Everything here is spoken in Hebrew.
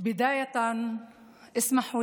(אומרת דברים בשפה הערבית,